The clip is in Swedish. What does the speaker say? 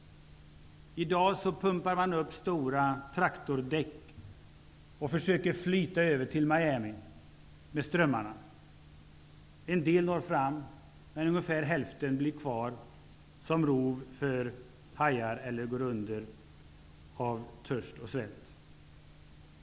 I dag pumpar man upp stora traktordäck och försöker flyta över till Miami med strömmarna. En del når fram, men ungefär hälften blir kvar som rov för hajar eller går under av törst och svält.